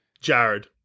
Jared